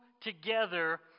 together